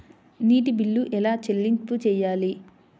నీటి బిల్లు ఎలా చెల్లింపు చేయాలి?